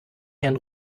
herrn